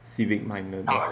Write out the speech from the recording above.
civic minded